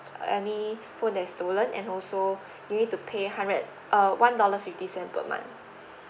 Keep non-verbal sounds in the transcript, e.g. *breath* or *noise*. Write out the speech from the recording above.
any phone that is stolen and also you need to pay hundred uh one dollar fifty cent per month *breath*